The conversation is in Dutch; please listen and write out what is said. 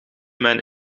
mijn